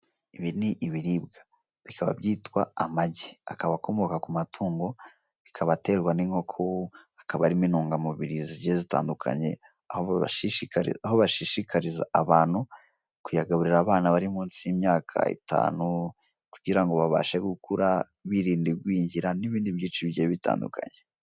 Ibi ni ibiribwa. Bikaba byitwa amagi, akaba akomoka ku matungo, akaba aterwa n'inkoko, akaba arimo intungamubiri zigiye zitandukanye, aho bashishikariza abantu kuyagaburira abana bari minsi y'imyaka itanu kugira ngo babashe gukura birinda igwingira n'ibindi byinshi bigiye bitandukanye.